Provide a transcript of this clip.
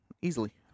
Easily